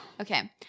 Okay